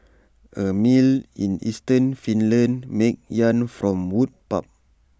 A mill in eastern Finland makes yarn from wood pulp